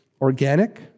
organic